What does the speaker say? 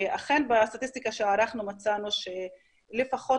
אכן בסטטיסטיקה שערכנו מצאנו שלפחות